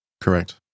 correct